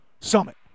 Summit